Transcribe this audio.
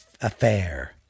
affair